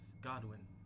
Godwin